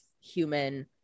human